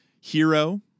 hero